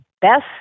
best